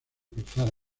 cruzar